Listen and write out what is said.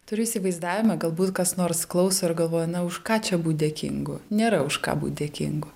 turiu įsivaizdavimą galbūt kas nors klauso ir galvoja na už ką čia būt dėkingu nėra už ką būt dėkingu